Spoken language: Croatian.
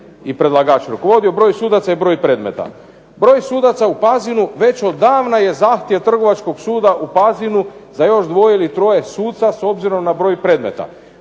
i predlagač rukovodio broj sudaca i broj predmeta. Broj sudaca u Pazinu već odavna je zahtjev Trgovačkog suda u Pazinu za još dvoje ili troje suca s obzirom na broj predmeta.